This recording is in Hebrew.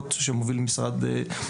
אני שמחה לפתוח את ועדת החינוך,